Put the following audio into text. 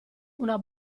una